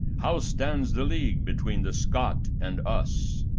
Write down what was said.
how stands the league between the scot and us?